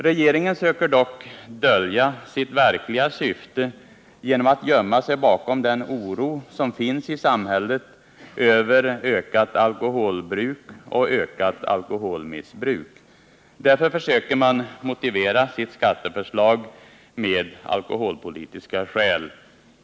Regeringen söker dock dölja sitt verkliga syfte genom att gömma sig bakom den oro som finns i samhället över ökat alkoholbruk och alkoholmissbruk. Därför försöker man motivera sitt skatteförslag med alkoholpolitiska skäl.